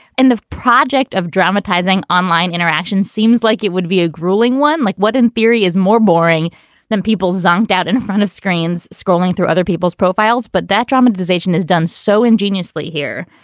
and the project of dramatizing online interaction seems like it would be a grueling one. like what in theory is more boring than people zonked out in front of screens scrolling through other people's profiles. but that dramatization has done so ingeniously here,